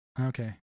okay